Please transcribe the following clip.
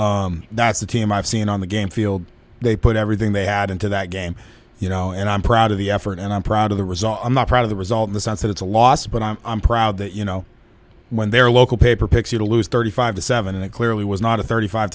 season that's the team i've seen on the game field they put everything they had into that game you know and i'm proud of the effort and i'm proud of the result i'm not proud of the result in the sense that it's a loss but i'm i'm proud that you know when their local paper picks you to lose thirty five to seven and it clearly was not a thirty five